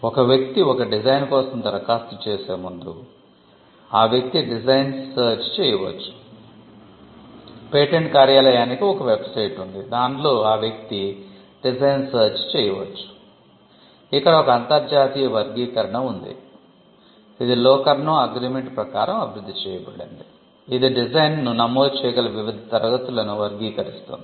ఒక వ్యక్తి ఒక డిజైన్ను నమోదు చేయగల వివిధ తరగతులను వర్గీకరిస్తుంది